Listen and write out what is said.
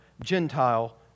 Gentile